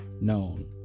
known